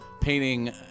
painting